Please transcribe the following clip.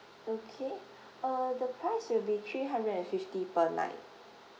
okay uh the price will be three hundred and fifty per night